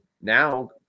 now